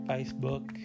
Facebook